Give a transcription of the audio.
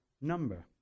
number